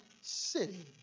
city